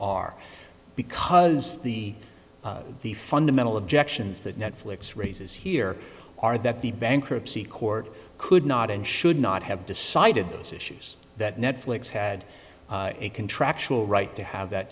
are because the the fundamental objections that netflix raises here are that the bankruptcy court could not and should not have decided those issues that netflix had a contractual right to have that